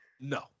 no